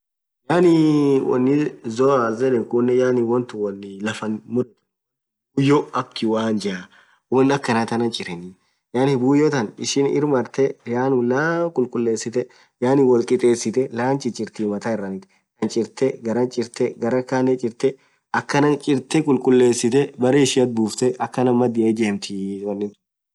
Yaaani unni zoazz yedhen khun Unni lafan murthu buyyo akha kiwanja wonn akhanathan chireni yaani buyoo than ishin irmarthe lanum laan khulkhullesithe yaani wol kidhesithe laan chichirthi Martha iranith Khan chirthe garran chirthe garaa Khanen chirthe akhanen chirthe khulkhullesithe berre ishiathi bufteee akhanan madhia ijemthii wonnin thun